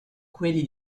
quelli